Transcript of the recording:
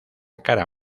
cara